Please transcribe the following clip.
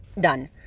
Done